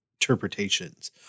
interpretations